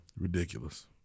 Ridiculous